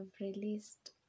released